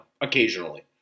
occasionally